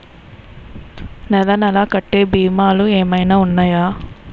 నెల నెల కట్టే భీమాలు ఏమైనా ఉన్నాయా?